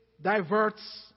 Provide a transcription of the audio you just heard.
diverts